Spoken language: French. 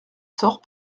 sort